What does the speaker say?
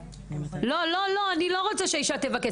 לא, אני לא רוצה שהאישה תבקש.